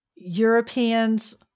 Europeans